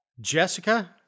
Jessica